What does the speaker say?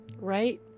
right